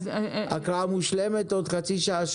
הקראה מושלמת עוד חצי שעה,